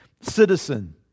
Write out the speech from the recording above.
citizen